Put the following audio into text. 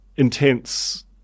Intense